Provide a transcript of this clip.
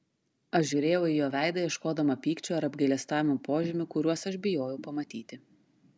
aš žiūrėjau į jo veidą ieškodama pykčio ar apgailestavimo požymių kuriuos aš bijojau pamatyti